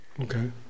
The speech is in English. Okay